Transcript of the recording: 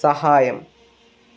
സഹായം